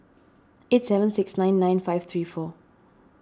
eight seven six nine nine five three four